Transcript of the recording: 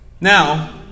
Now